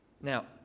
Now